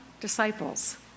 disciples